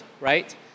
right